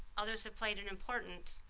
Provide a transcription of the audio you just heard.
others have played an important,